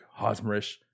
hosmerish